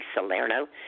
Salerno